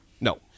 No